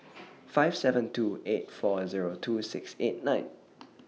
five seven two eight four Zero two six eight nine